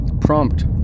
prompt